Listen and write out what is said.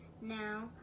now